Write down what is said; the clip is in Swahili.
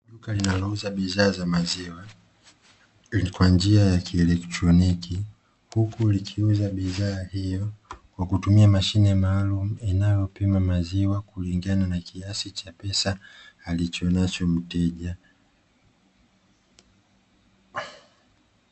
Duka linalouza bidhaa za maziwa kwa njia ya kielektroniki, huku likiuza bidhaa hiyo kwa kutumia mashine maalumu inayopima maziwa kulingana na kiasi cha pesa alichonacho mteja.